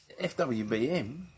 FWBM